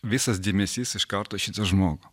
visas dėmesys iškarto į šitą žmogų